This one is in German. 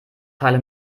teile